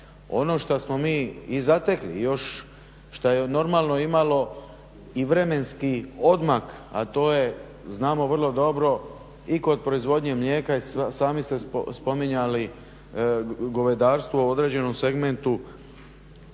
Ono šta smo i zatekli još šta je normalno imalo i vremenski odmak, a to je znamo vrlo dobro i kod proizvodnje mlijeka i sami ste spominjali govedarstvo u određenom segmentu.